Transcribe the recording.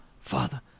father